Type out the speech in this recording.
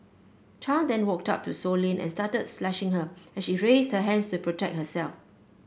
Chan then walked up to Sow Lin and started slashing her as she raised her hands to protect herself